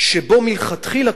שבו מלכתחילה,